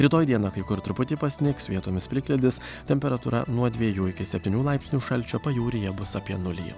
rytoj dieną kai kur truputį pasnigs vietomis plikledis temperatūra nuo dvejų iki septynių laipsnių šalčio pajūryje bus apie nulį